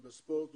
בספורט,